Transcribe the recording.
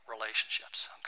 relationships